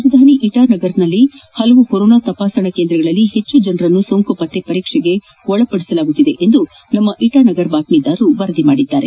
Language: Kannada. ರಾಜಧಾನಿ ಇಟಾ ನಗರದಲ್ಲಿ ಹಲವು ಕೊರೋನಾ ತಪಾಸಣಾ ಕೇಂದ್ರಗಳಲ್ಲಿ ಹೆಚ್ಚು ಜನರನ್ನು ಸೋಂಕು ಪತ್ತೆ ಪರೀಕ್ಷೆಗೆ ಒಳಪಡಿಸಲಾಗುತ್ತಿದೆ ಎಂದು ನಮ್ಮ ಇಟಾ ನಗರ ಬಾತ್ತೀದಾರರು ತಿಳಿಸಿದ್ದಾರೆ